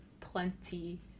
plenty